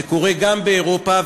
זה קורה גם באירופה,